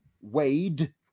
Wade